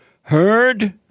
Heard